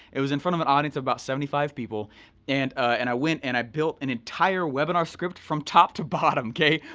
it was in front of an audience of about seventy five people and and i went and i built an entire webinar script from top to bottom, kay?